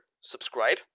subscribe